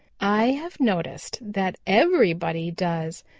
i have noticed that everybody does,